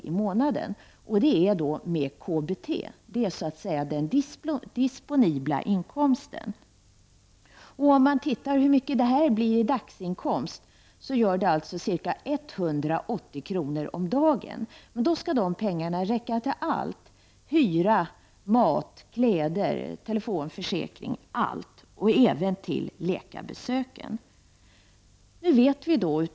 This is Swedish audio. i månaden, med KBT. Det är alltså den disponibla inkomsten. I dagsinkomst blir det ca 180 kr. Men de pengarna skall räcka till allt -- till hyra, mat, kläder, telefon, försäkringar och även läkarbesök.